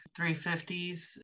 350s